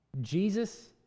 Jesus